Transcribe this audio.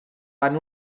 van